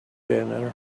dinner